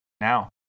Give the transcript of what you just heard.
Now